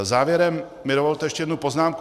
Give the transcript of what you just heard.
Závěrem mi dovolte ještě jednu poznámku.